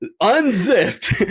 unzipped